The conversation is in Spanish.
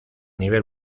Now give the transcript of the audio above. nivel